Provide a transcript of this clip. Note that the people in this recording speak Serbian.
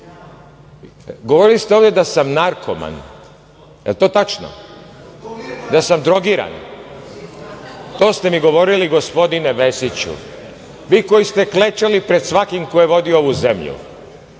govorili ste ovde da sam narkoman, jel to tačno? Da sam drogiran? To ste mi govorili, gospodine Vesiću, vi koji ste klečali pre svakim ko je vodio ovu zemlju,